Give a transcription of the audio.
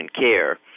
care